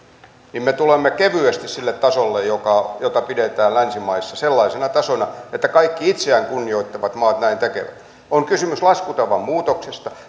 niin me tulemme kevyesti sille tasolle jota pidetään länsimaissa sellaisena tasona että kaikki itseään kunnioittavat maat näin tekevät on kysymys laskutavan muutoksesta